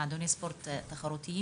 מועדוני הספורט הם תחרותיים